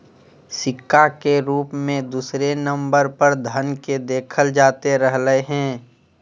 सिक्का के रूप मे दूसरे नम्बर पर धन के देखल जाते रहलय हें